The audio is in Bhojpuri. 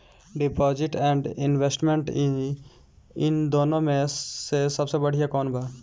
डिपॉजिट एण्ड इन्वेस्टमेंट इन दुनो मे से सबसे बड़िया कौन बा?